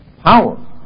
Power